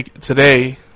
Today